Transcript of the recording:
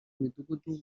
midugudu